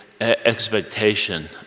expectation